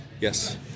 Yes